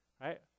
Right